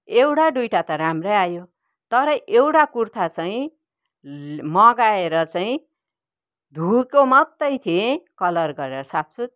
एउटा दुइटा त राम्रै आयो तर एउटा कुर्ता चाहिँ मगाएर चाहिँ धोएको मात्रै थिएँ कलर गएर सात्सुत्